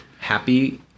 Happy